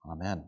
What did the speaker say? Amen